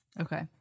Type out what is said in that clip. Okay